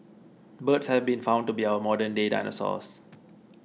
birds have been found to be our modern day dinosaurs